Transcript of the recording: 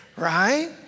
right